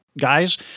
guys